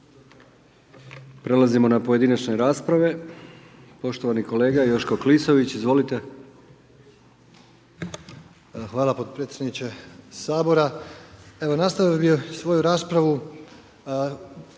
Prelazimo na pojedinačne rasprave. Poštovani kolega Joško Klisović, izvolite. **Klisović, Joško (SDP)** Hvala podpredsjedniče Sabora. Evo, nastavio bih svoju raspravu